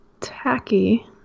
tacky